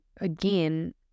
again